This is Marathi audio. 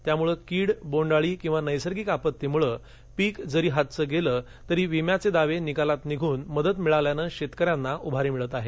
त्यामुळे कीड बोंड अळी किंवा नैसर्गिक आपत्तीमुळे पीक जरी हातचं गेलं तरी विम्याचे दावे निकालात निघून मदत मिळाल्यानं शेतकऱ्यांना उभारी मिळत आहे